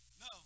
No